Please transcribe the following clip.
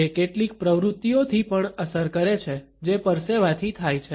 તે કેટલીક પ્રવૃત્તિઓથી પણ અસર કરે છે જે પરસેવાથી થાય છે